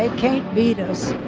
and can't beat us.